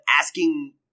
asking